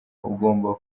ugomba